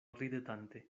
ridetante